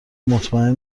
مطمئن